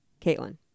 Caitlin